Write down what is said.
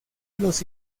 los